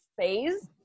phase